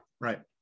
right